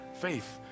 faith